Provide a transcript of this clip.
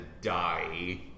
die